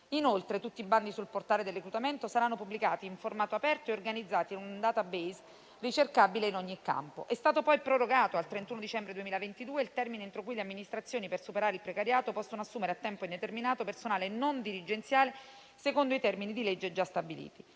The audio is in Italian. Inoltre, tutti i bandi sul portale del reclutamento saranno pubblicati in formato aperto e organizzati in un *database* ricercabile in ogni campo. È stato poi prorogato al 31 dicembre 2022 il termine entro cui le amministrazioni, per superare il precariato, possono assumere a tempo indeterminato personale non dirigenziale secondo i termini di legge già stabiliti.